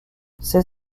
ses